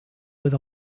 with